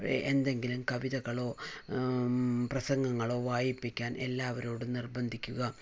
എന്തെങ്കിലും കവിതകളോ പ്രസംഗങ്ങളോ വായിപ്പിക്കാൻ എല്ലാവരോടും നിർബന്ധിക്കുക